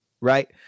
right